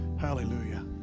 Hallelujah